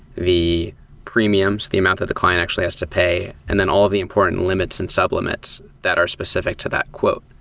the premiums, the amount that the client actually has to pay, and then all the important limits and sub-limits that are specific to that quote.